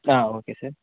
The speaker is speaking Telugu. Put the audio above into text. okay sir